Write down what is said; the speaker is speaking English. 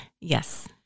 Yes